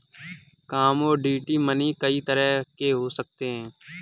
commodity money कई तरह के हो सकते हैं